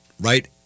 right